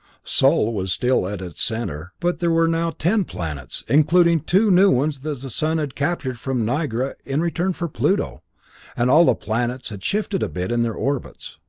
sol was still at its center, but there were now ten planets, including two new ones that the sun had captured from nigra in return for pluto and all the planets had shifted a bit in their orbits.